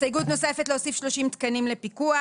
הסתייגות נוספת, להוסיף 30 תקנים לפיקוח.